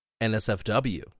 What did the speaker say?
NSFW